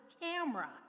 camera